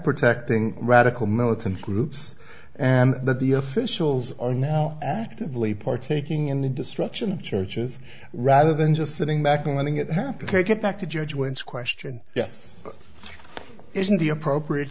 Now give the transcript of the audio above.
protecting radical militant groups and that the officials are now actively partaking in the destruction churches rather than just sitting back and letting it happen take it back to judgments question yes isn't the appropriate